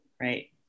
right